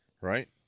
Right